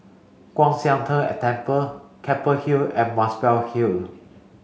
Kwan Siang Tng a Temple Keppel Hill and Muswell Hill